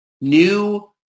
new